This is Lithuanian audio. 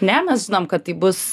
ne mes žinom kad tai bus